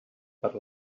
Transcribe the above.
per